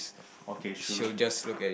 okay true